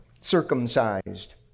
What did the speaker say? circumcised